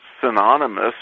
synonymous